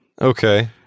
Okay